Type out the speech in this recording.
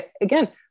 again